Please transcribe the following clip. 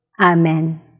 Amen